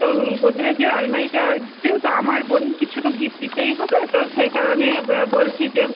তো গোদরেজের আলমারিটা যেহেতু আমার বোন কিছু তো গিফট দিতেই হবে তো সেই কারণে বলছি যে